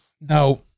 Now